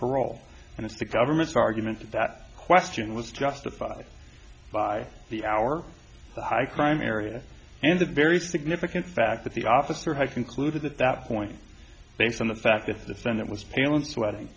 parole and it's the government's argument that question was justified by the our high crime area and a very significant fact that the officer had concluded at that point based on the fact that the defendant was pale and sweat